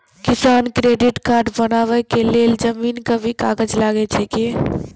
किसान credit card बनबा के लेल जमीन के भी कागज लागै छै कि?